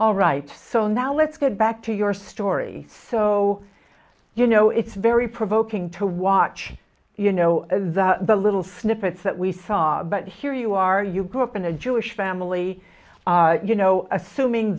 all right so now let's get back to your story so you know it's very provoking to watch you know the little snippets that we saw but here you are you grew up in a jewish family you know assuming